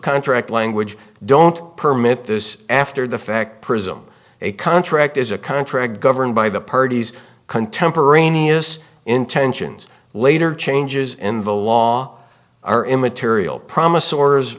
contract language don't permit this after the fact presume a contract is a contract governed by the parties contemporaneous intentions later changes in the long are immaterial promise or